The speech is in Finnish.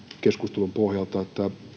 keskustelun pohjalta